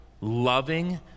loving